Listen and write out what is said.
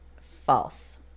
false